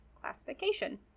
classification